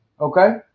okay